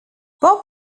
bob